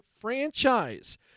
franchise